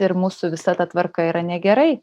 ir mūsų visa ta tvarka yra negerai